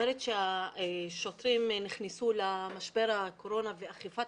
השוטרים נכנסו למשבר הקורונה ואכיפת